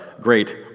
great